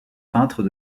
peintres